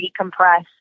decompress